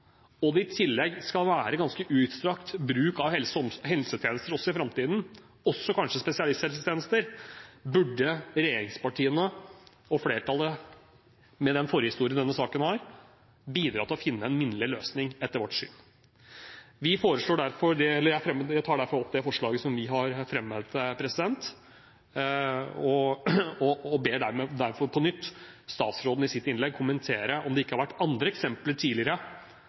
og det i tillegg skal være ganske utstrakt bruk av helsetjenester også i framtiden, kanskje også spesialisthelsetjenester, burde regjeringspartiene og flertallet, med den forhistorien denne saken har, bidra til å finne en minnelig løsning, etter vårt syn. Jeg tar derfor opp det forslaget som vi har fremmet, og ber på nytt statsråden i sitt innlegg kommentere om det ikke har vært andre eksempler tidligere